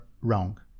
wrong